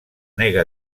nega